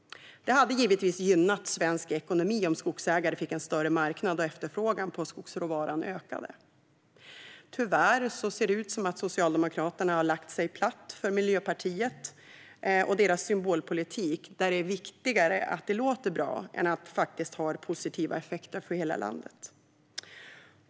Det skulle givetvis gynna svensk ekonomi om skogsägare fick en större marknad och efterfrågan på skogsråvaran ökade. Tyvärr ser det ut som om Socialdemokraterna har lagt sig platt för Miljöpartiet och deras symbolpolitik, där det är viktigare att det låter bra än att det faktiskt har positiva effekter för hela landet.